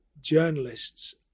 journalists